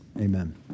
Amen